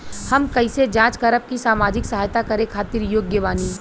हम कइसे जांच करब की सामाजिक सहायता करे खातिर योग्य बानी?